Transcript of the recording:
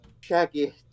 shaggy